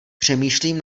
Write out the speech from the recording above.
přemýšlím